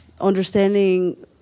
Understanding